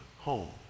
home